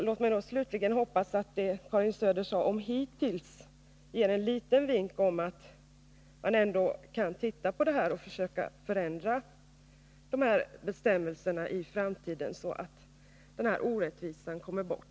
Låt mig slutligen hoppas att Karin Söders förbehåll ”hittills i varje fall” ger en liten vink om att man ändå kan titta på de här bestämmelserna och försöka ändra dem i framtiden, så att denna orättvisa kommer bort.